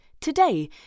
today